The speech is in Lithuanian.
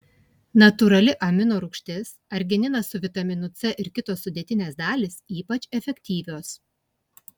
natūrali amino rūgštis argininas su vitaminu c ir kitos sudėtinės dalys ypač efektyvios